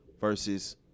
versus